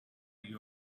you